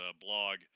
blog